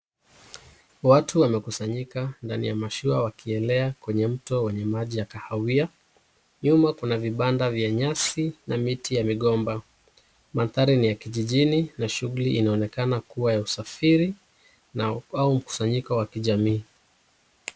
Watu wamekusanyika ndani mashua wakielea kwenye mto wenye maji ya kahawia. Nyuma kuna vibanda vya nyasi na miti ya migomba. Mandhari ni ya kijijini na shughuli inaonekana kuwa ya usafiri au mkusanyiko wa kijamii.